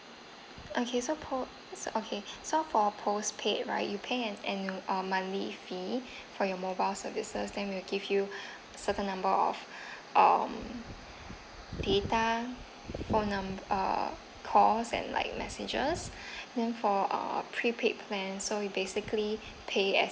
okay so po~ so okay so for postpaid right you pay an annual uh monthly fee for your mobile services then we'll give you certain number of um data phone num~ uh calls and like messages then for uh prepaid plan so you basically pay as